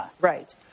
Right